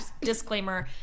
disclaimer